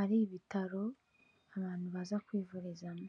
ari ibitaro abantu baza kwivurizamo.